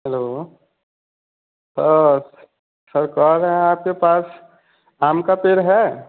hello sir sir कह रहे हैं आपके पास आम का पेड़ है